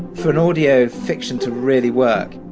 for audio fiction to really work,